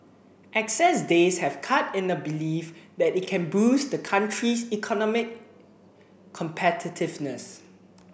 excess days have cut in a belief that it can boost the country's economic competitiveness